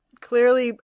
Clearly